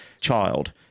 child